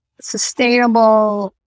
sustainable